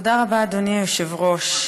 אדוני היושב-ראש,